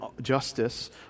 justice